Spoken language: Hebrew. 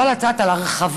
לא על הצעת החוק,